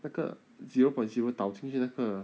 那个 zero point zero 倒进去那个